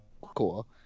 Cool